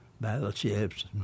battleships